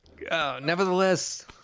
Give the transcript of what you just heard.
Nevertheless